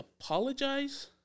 apologize